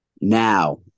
now